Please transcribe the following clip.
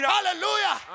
Hallelujah